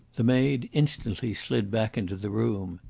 the maid instantly slid back into the room.